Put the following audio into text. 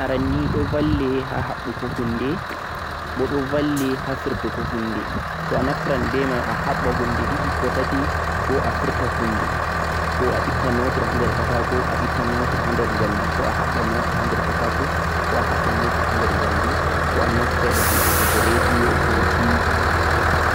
screwdriver ni aranni do valle ni ha habbugo hunde boh do valle ha firtugo hunde so a naftiran beh mai a habba hunde didi ko tati boh a firta hunde ko a itta notir hader katako a itta notir ha der jamdhi ko a habba notir hader katako ko'a habba notir ha der jamdhi ko'a naftira dhum ha mabbutugo radi ko TV